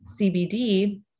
CBD